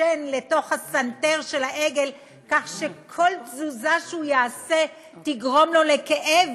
שן לתוך הסנטר של העגל כך שכל תזוזה שהוא יעשה תגרום לו לכאב,